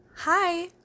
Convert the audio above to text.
Hi